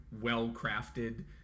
well-crafted